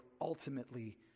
ultimately